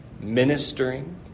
ministering